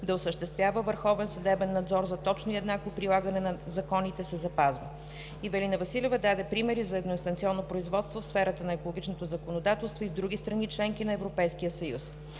да осъществява върховен съдебен надзор за точно и еднакво прилагане на законите се запазва. Ивелина Василева даде примери на едноинстанционно производство в сферата на екологичното законодателство и в други страни – членки на Европейския съюз.